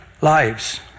lives